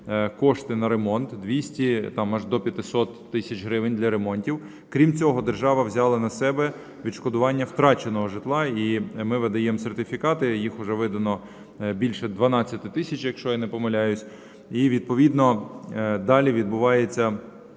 кошти на ремонт, 200, там аж до 500 тисяч гривень для ремонтів. Крім цього, держава взяла на себе відшкодування втраченого житла, і ми видаємо сертифікати, їх уже видано більше 12 тисяч, якщо я не помиляюся. І відповідно далі відбувається